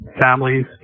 families